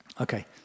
Okay